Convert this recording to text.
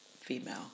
female